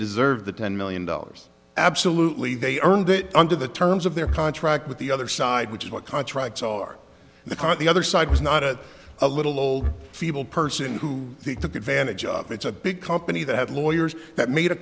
deserve the ten million dollars absolutely they earned it under the terms of their contract with the other side which is what contracts are the kind of the other side was not a little old feeble person who took advantage of it's a big company that had lawyers that made a